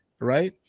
right